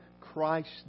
Christ